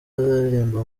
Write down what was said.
azaririmba